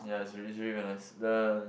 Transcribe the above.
yeah it's really it's really very nice the